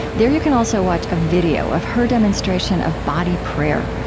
there you can also watch a video of her demonstration of body prayer.